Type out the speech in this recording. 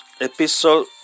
epistle